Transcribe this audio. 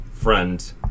friend